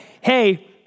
hey